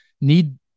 need